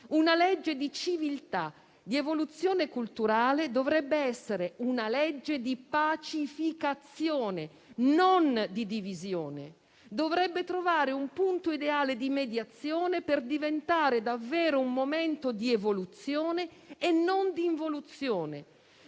Una legge di civiltà, di evoluzione culturale, dovrebbe essere una legge di pacificazione, non di divisione; dovrebbe trovare un punto ideale di mediazione per diventare davvero un momento di evoluzione e non di involuzione.